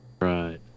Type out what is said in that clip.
Right